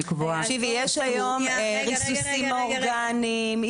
יש היום ריסוסים אורגניים.